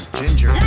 ginger